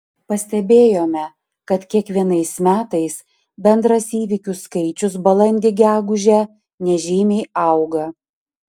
pastebėjome kad kiekvienais metais bendras įvykių skaičius balandį gegužę nežymiai auga